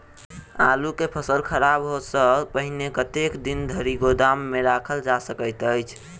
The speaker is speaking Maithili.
आलु केँ फसल खराब होब सऽ पहिने कतेक दिन धरि गोदाम मे राखल जा सकैत अछि?